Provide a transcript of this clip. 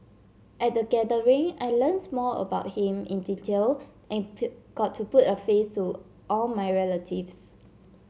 at the gathering I learnt more about him in detail and got to put a face to all my relatives